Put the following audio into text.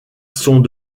sont